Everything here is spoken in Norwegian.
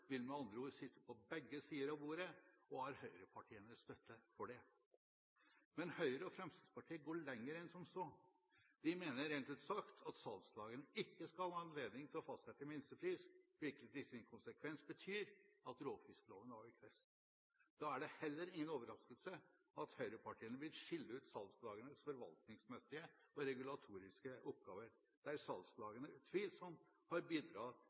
vil med andre ord sitte på begge sider av bordet, og de har høyrepartienes støtte for det. Høyre og Fremskrittspartiet går lenger enn som så. De mener rent ut sagt at salgslagene ikke skal ha anledning til å fastsette minstepris, hvilket i sin konsekvens betyr at råfiskloven avvikles. Da er det heller ingen overraskelse at høyrepartiene vil skille ut salgslagenes forvaltningsmessige og regulatoriske oppgaver, der salgslagene utvilsomt har bidratt